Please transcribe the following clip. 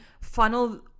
funnel